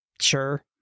Sure